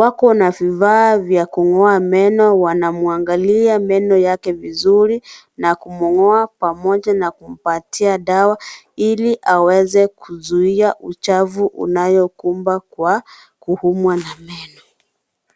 Wako na vifaa vya kung'oa meno. Wanamwangalia meno yake vizuri na kumng'oa pamoja na kumpatia dawa ili aweze kuzuia uchafu unayokubwa kwa kuumwa na meno.